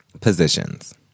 Positions